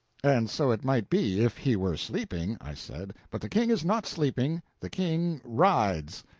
and so it might be, if he were sleeping, i said, but the king is not sleeping, the king rides.